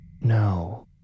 No